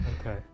Okay